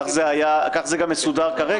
כך זה גם מסודר כרגע.